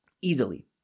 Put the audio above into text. easily